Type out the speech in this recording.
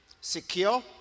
secure